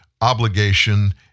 obligation